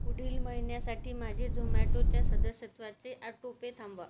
पुढील महिन्यासाठी माझे झोमॅटोच्या सदस्यत्वाचे ऑटो पे थांबवा